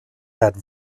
had